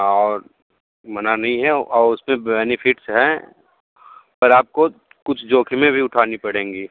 और मना नहीं है और उस पे बेनिफिट्स हैं पर आपको कुछ जोखिमें भी उठानी पड़ेंगी